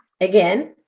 again